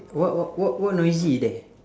what what what what noisy there